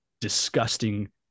disgusting